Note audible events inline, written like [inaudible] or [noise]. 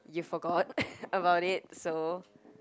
you forgot [laughs] about it so